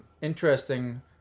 interesting